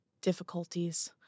difficulties